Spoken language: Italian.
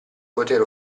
poter